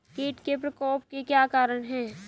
कीट के प्रकोप के क्या कारण हैं?